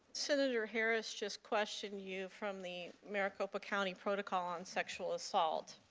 senator harris just questioned you from the maricopa county protocol on sexual assault.